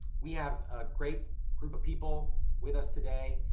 we have great group of people with us today.